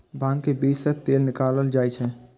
भांग के बीज सं तेल निकालल जाइ छै